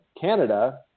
Canada